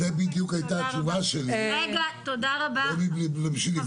זו בדיוק הייתה התשובה שלי, לא בשביל לפגוע לך.